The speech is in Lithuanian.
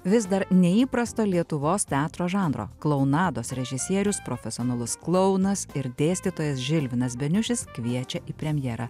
vis dar neįprasto lietuvos teatro žanro klounados režisierius profesionalus klounas ir dėstytojas žilvinas beniušis kviečia į premjerą